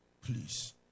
please